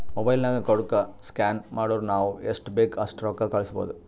mobile ನಾಗ್ ಕೋಡ್ಗ scan ಮಾಡುರ್ ನಾವ್ ಎಸ್ಟ್ ಬೇಕ್ ಅಸ್ಟ್ ರೊಕ್ಕಾ ಕಳುಸ್ಬೋದ್